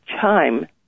chime